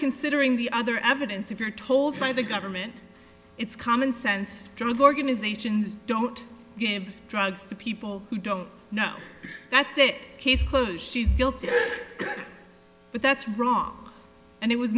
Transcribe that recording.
considering the other evidence if you're told by the government it's common sense drug organizations don't give drugs to people who don't know that's it case closed she's guilty but that's wrong and it was